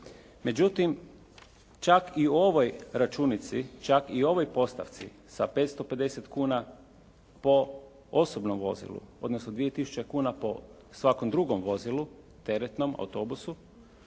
Međutim, čak i ovoj računici, čak i ovoj postavci sa 550 kuna po osobnom vozilu, odnosno 2 tisuće kuna po svakom drugom vozilu teretnom autobusu,